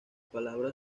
palabra